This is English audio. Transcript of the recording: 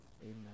Amen